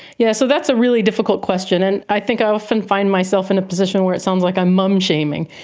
yes, so that's a really difficult question and i think i often find myself in a position where it sounds like i'm mum-shaming.